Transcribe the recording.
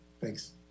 thanks